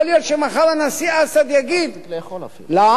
יכול להיות שמחר הנשיא אסד יגיד לעם